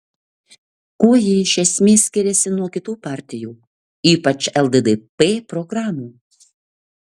kuo ji iš esmės skiriasi nuo kitų partijų ypač lddp programų